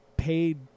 paid